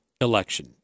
election